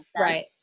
right